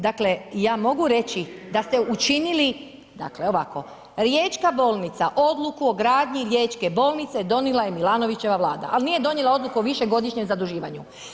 Dakle, ja mogu reći da ste učinili, dakle ovako, riječka bolnica odluku o gradnji riječke bolnice donijela je Milanovićeva Vlada, al nije donijela odluku o višegodišnjem zaduživanju.